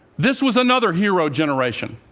this was another hero generation